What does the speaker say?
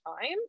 time